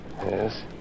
Yes